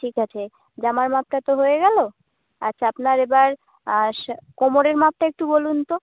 ঠিক আছে জামার মাপটা তো হয়ে গেল আচ্ছা আপনার এবার কোমরের মাপটা একটু বলুন তো